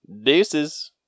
Deuces